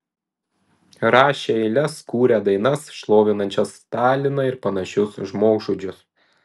rašę eiles kūrę dainas šlovinančias staliną ir panašius žmogžudžius